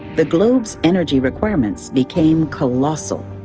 the globe's energy requirements became colossal.